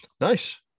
Nice